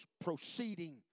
proceeding